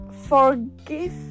forgive